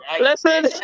Listen